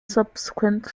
subsequent